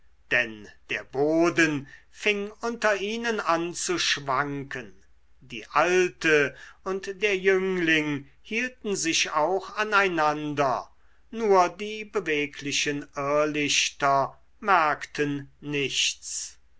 denn der boden fing unter ihnen an zu schwanken die alte und der jüngling hielten sich auch aneinander nur die beweglichen irrlichter merkten nichts